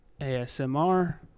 ASMR